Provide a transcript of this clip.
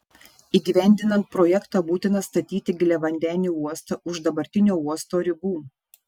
įgyvendinant projektą būtina statyti giliavandenį uostą už dabartinio uosto ribų